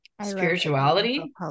spirituality